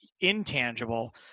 Intangible